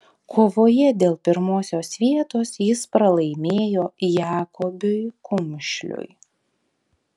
kovoje dėl pirmosios vietos jis pralaimėjo jakobiui kumšliui